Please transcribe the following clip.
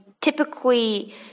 typically